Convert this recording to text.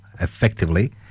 effectively